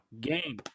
game